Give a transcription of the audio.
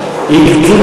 היית?